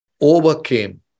overcame